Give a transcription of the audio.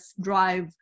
drive